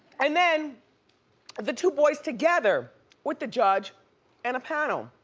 and then the two boys together with the judge and a panel.